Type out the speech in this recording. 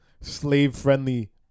slave-friendly